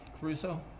Caruso